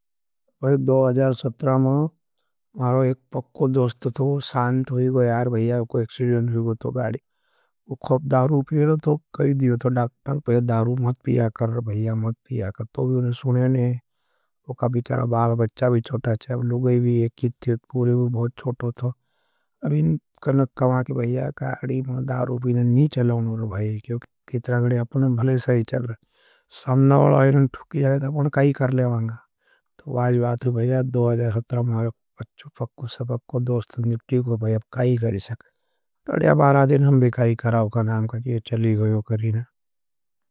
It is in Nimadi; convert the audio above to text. पर दो हजार सत्रह में मारो एक पक्को दोस्त थो, शान्त होगा यार भाईया कोई एक्सेडियन होगा थो। गाड़ी वो ख़ब दारू पिएल थो, कही दियो थो डाक्टन, पहले दारू मत पिया कर, भाईया मत पिया कर। तो भी उनने सुनेने, वो कबीचारा बाब बच्चा भी चोट अब लुगई भी एक्सेडियन पूरी भी बहुत चोट थो। अब इन कण कमा की भाईया, काड़ी, मारो दारू पिएल नहीं चला उनने भाईया, क्योंकि कितरा गड़ी, अपने भले सही चल रहा है। सामना वला है न थुकी जा रहा है, तो अपने काई कर लेवाँगा तो वाजवातु भाईया। दो हजार सत्रह मारो पच्चो, फक्को, सबको, दोस्त निप्टी को भाईया, आप काई करे सके। तो या बारा दिन हम भी काई करा उका नाम करे, ये चली गयो करी न।